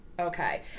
Okay